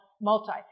multi